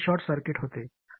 आणि त्यातून काय दिसते